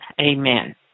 amen